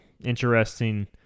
interesting